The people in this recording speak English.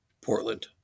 Portland